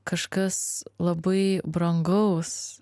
kažkas labai brangaus